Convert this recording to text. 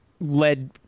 led